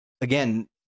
again